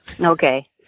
Okay